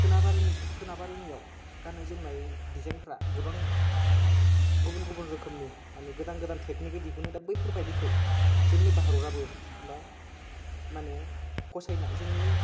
सोनाबारि सोनाबारिनियाव गाननाय जोमनाय डिजाइनफोरा गोबां गुबुन गुबुन रोखोमनि माने गोदान गोदान टेकनिकै दिहुनो दा बैफोरबायदिखौ जोंनि भारताबो मानो फसाइना जोंनि